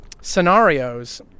scenarios